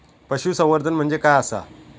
पशुसंवर्धन म्हणजे काय आसा?